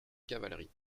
cavalerie